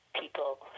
People